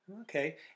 Okay